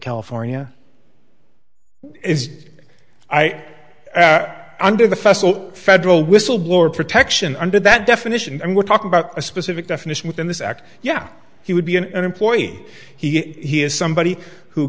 california is i under the federal federal whistleblower protection under that definition and we're talking about a specific definition within this act yeah he would be an employee he is somebody who